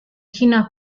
cina